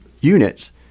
units